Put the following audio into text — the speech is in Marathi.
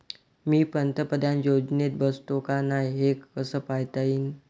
मी पंतप्रधान योजनेत बसतो का नाय, हे कस पायता येईन?